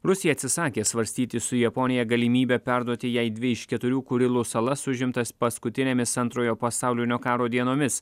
rusija atsisakė svarstyti su japonija galimybę perduoti jai dvi iš keturių kurilų salas užimtas paskutinėmis antrojo pasaulinio karo dienomis